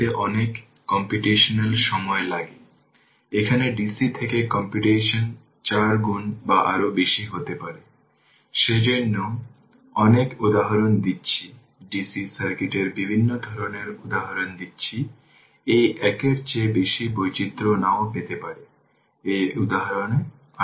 তাই আমি t লেখার পরিবর্তে একটি ভাল উপায়ের পরামর্শ দিচ্ছি শুধু আমার ইনিশিয়াল কন্ডিশনটি লিখুন যেভাবে আমি i 3 লিখেছিলাম t লিখবেন না